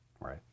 Right